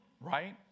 Right